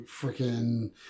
freaking